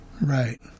Right